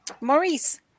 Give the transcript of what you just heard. Maurice